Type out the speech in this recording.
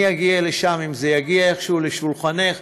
אני אגיע לשם אם זה יגיע איכשהו לשולחנך.